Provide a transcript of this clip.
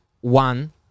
one